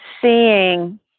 seeing